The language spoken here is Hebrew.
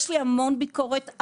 יש לי המון ביקורת,